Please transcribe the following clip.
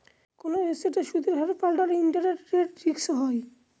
কোনো এসেটের সুদের হার পাল্টালে ইন্টারেস্ট রেট রিস্ক হয়